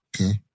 Okay